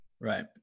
Right